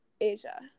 Asia